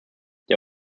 der